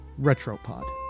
Retropod